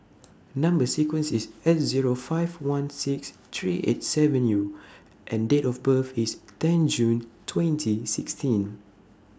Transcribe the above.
Number sequence IS S Zero five one six three eight seven U and Date of birth IS ten June twenty sixteen